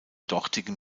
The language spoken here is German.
dortigen